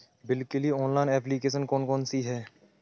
Bill के लिए online application कौन कौन सी हैं?